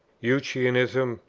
eutychianism,